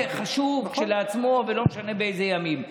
זה חשוב כשלעצמו, ולא משנה באיזה ימים.